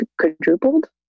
quadrupled